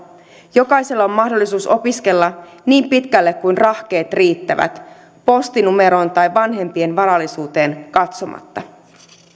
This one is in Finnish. jokaisella on mahdollisuus opiskella niin pitkälle kuin rahkeet riittävät postinumeroon tai vanhempien varallisuuteen katsomatta